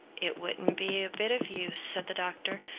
it wouldn't be a bit of use, said the doctor.